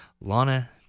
Lana